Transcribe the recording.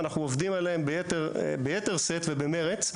אנחנו עובדים עליהם ביתר שאת ובמרץ.